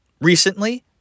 recently